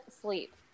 sleep